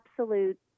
absolute